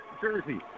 jersey